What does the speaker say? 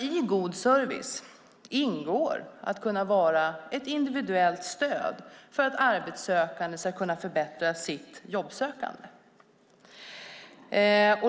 I god service ingår att vara ett individuellt stöd för att arbetssökande ska kunna förbättra sitt jobbsökande.